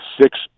six